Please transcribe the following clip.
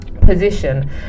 position